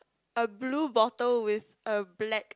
a blue bottle with a black